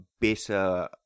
better